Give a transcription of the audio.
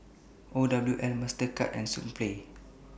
OWL Mastercard and Sunplay